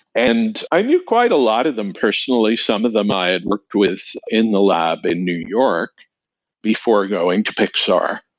and i knew quite a lot of them personally. some of them i had worked with in the lab in new york before going to pixar.